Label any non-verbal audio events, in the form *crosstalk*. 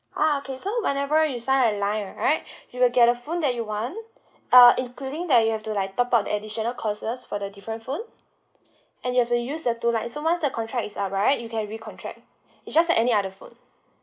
uh okay so whenever you sign a line right *breath* you will get a phone that you want uh including that you have to like top up the additional costs for the different phone and you also use the two line so once the contract is up right you can recontract *breath* it's just like any other phone